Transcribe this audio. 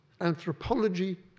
Anthropology